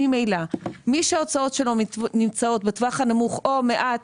ממילא מי שההוצאות שלו נמצאות בטווח הנמוך או מעט